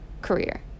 career